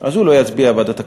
אז הוא לא יצביע בעד התקציב.